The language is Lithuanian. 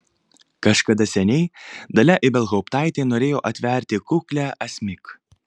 kažkada seniai dalia ibelhauptaitė norėjo atverti kuklią asmik